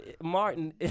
Martin